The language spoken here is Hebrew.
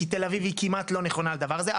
כי תל אביב היא כמעט לא נכונה לדבר הזה.